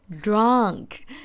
drunk